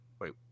Wait